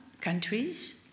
countries